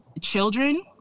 children